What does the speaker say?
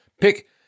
pick